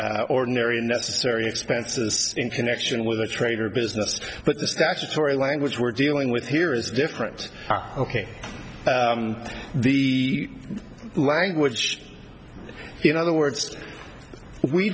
ordinary necessary expenses in connection with a trader business but the statutory language we're dealing with here is different ok the language in other words we